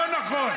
לא נכון.